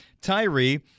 Tyree